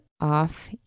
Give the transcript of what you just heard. off